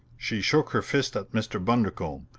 she shook her fist at mr. bundercombe,